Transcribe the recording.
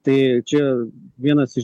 tai čia vienas iš